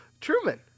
Truman